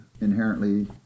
inherently